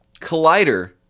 collider